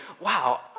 wow